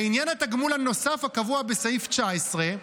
לעניין התגמול הנוסף, הקבוע בסעיף 19,